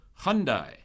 Hyundai